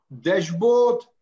dashboard